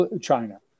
China